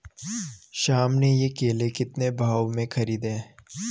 श्याम ने ये केले कितने भाव में खरीदे हैं?